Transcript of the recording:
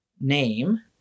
name